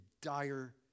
dire